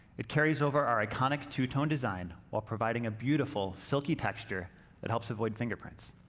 it carries over our iconic two-tone design while providing a beautiful, silky texture that helps avoid fingerprints.